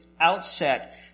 outset